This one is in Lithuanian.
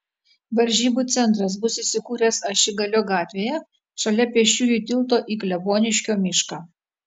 varžybų centras bus įsikūręs ašigalio gatvėje šalia pėsčiųjų tilto į kleboniškio mišką